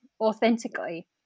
authentically